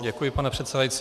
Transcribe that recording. Děkuji, pane předsedající.